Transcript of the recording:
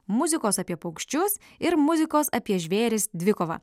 muzikos apie paukščius ir muzikos apie žvėris dvikovą